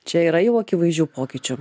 čia yra jau akivaizdžių pokyčių